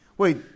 Wait